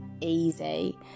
easy